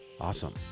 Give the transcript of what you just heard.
Awesome